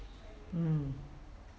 mm